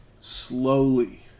slowly